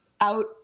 out